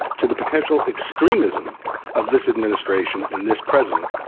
to the potential extremism of this administration and this president